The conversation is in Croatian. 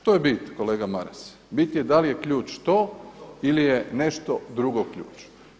To je bit kolega Maras, bit je da li je ključ to ili je nešto drugo ključ.